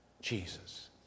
Jesus